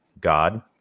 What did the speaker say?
God